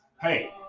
Hey